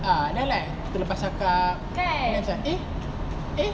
ah then like terlepas cakap then macam eh eh